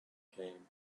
came